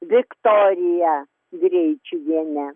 viktoriją greičiuvienę